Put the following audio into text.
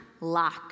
lock